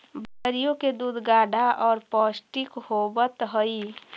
बकरियों के दूध गाढ़ा और पौष्टिक होवत हई